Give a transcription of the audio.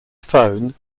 phone